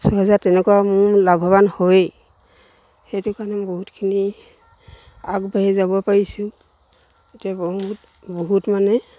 ছহেজাৰ তেনেকুৱাও মোৰ লাভৱান হয়েই সেইটো কাৰণে বহুতখিনি আগবাঢ়ি যাব পাৰিছোঁ এতিয়া বহুত বহুত মানে